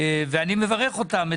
ואני מברך אותם,